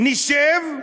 נשב,